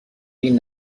این